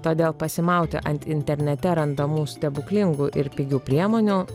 todėl pasimauti ant internete randamų stebuklingų ir pigių priemonių